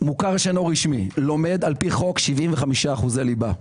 מוכר שאינו רשמי לומד על פי חוק 75% ליבה.